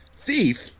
Thief